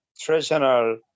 traditional